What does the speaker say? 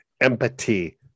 Empathy